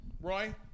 Roy